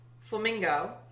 Flamingo